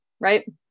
right